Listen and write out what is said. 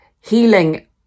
healing